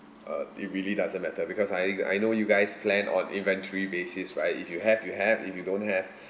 uh it really doesn't matter because I I know you guys plan on inventory basis right if you have you have if you don't have